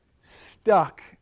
stuck